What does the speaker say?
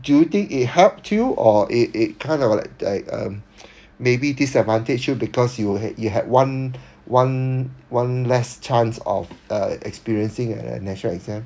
do you think it helped you or it it kind of like like uh maybe disadvantage you because you had you had one one one less chance of uh experiencing a national exam